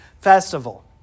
festival